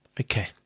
Okay